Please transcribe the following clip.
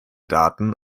daten